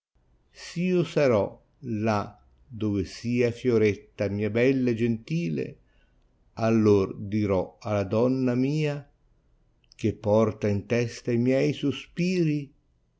io sarò là dove sia fioretta mia helja e gentile auor dirò alla donna mia che porta in testa i miei suspiiit